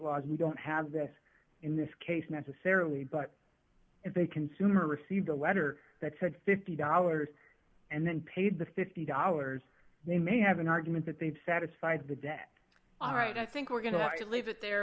laws we don't have this in this case necessarily but if a consumer received a letter that said fifty dollars and then paid the fifty dollars they may have an argument that they've satisfied the debt all right i think we're going to leave it there